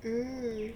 mm